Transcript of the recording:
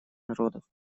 народов